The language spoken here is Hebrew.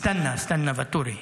סטנה, ואטורי,